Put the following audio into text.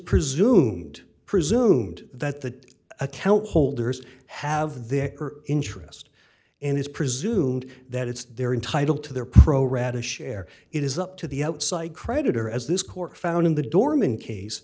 presumed presumed that the account holders have their interest and is presumed that it's they're entitled to their pro rata share it is up to the outside creditor as this court found in the dorman case